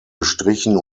gestrichen